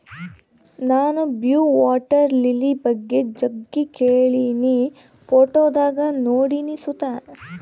ನಾನು blue water lily ಬಗ್ಗೆ ಜಗ್ಗಿ ಕೇಳಿನಿ, ಫೋಟೋದಾಗ ನೋಡಿನಿ ಸುತ